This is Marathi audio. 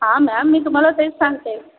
हां मॅम मी तुम्हाला तेच सांगते